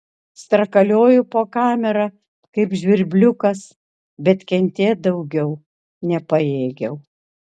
strakalioju po kamerą kaip žvirbliukas bet kentėt daugiau nepajėgiau